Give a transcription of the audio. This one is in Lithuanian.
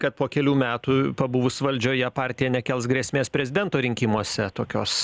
kad po kelių metų pabuvus valdžioje partija nekels grėsmės prezidento rinkimuose tokios